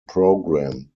program